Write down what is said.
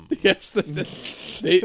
Yes